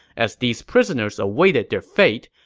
as these prisoners awaited their fate,